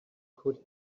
could